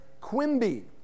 Quimby